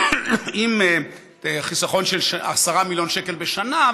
עם חיסכון של עשרה מיליון שקל בשנה,